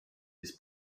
his